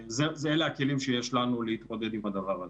אלה הכלים שיש לנו להתמודד עם הדבר הזה.